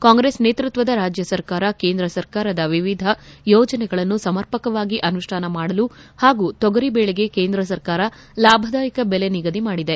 ಕಾಂಗ್ರೆಸ್ ನೇತೃತ್ವದ ರಾಜ್ಯ ಸರ್ಕಾರ ಕೇಂದ್ರ ಸರ್ಕಾರದ ವಿವಿಧ ಯೋಜನೆಗಳನ್ನು ಸಮರ್ಪಕವಾಗಿ ಅನುಷ್ಠಾನ ಮಾಡಲು ಹಾಗೂ ತೊಗರಿದೇಳೆಗೆ ಕೇಂದ್ರ ಸರ್ಕಾರ ಲಾಭದಾಯಕ ಬೆಲೆ ನಿಗದಿ ಮಾಡಿದೆ